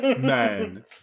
man